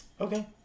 Okay